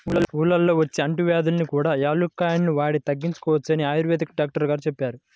ఊళ్ళల్లో వచ్చే అంటువ్యాధుల్ని కూడా యాలుక్కాయాలు వాడి తగ్గించుకోవచ్చని ఆయుర్వేదం డాక్టరు గారు చెప్పారు